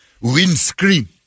Windscreen